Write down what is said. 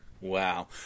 Wow